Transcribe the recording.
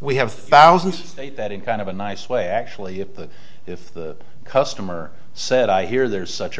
we have thousands that in kind of a nice way actually if the if the customer said i hear there's such a